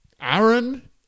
Aaron